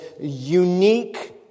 unique